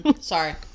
Sorry